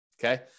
Okay